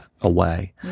away